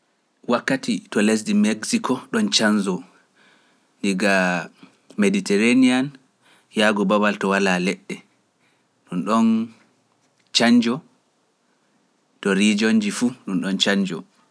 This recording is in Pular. Wakkati to lesdi Meksiko ɗon canjoo, diga Meditereniya, Yagu Babal to walaa leɗɗe, ɗum ɗon canjoo to rijo nji fu ɗum ɗon canjoo.